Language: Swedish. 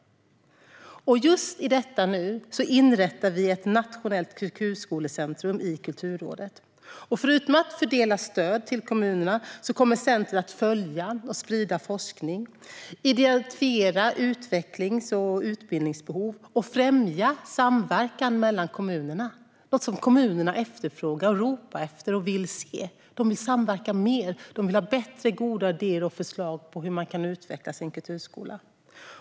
Just i detta nu inrättar vi ett nationellt kulturskolecentrum i Kulturrådet. Förutom att fördela stöd till kommunerna kommer detta centrum att följa och sprida forskning, identifiera utvecklings och utbildningsbehov och främja samverkan mellan kommunerna, något som kommunerna efterfrågar, ropar efter och vill se. De vill samverka mer, de vill ha bättre goda idéer och förslag på hur man kan utveckla sin kulturskola.